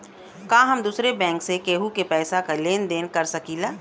का हम दूसरे बैंक से केहू के पैसा क लेन देन कर सकिला?